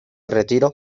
retiro